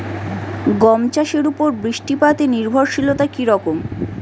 গম চাষের উপর বৃষ্টিপাতে নির্ভরশীলতা কী রকম?